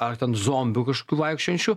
ar ten zombių kažkokių vaikščiojančių